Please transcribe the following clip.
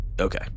Okay